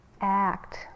act